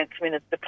Minister